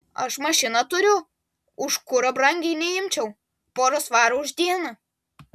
aš mašiną turiu už kurą brangiai neimčiau porą svarų už dieną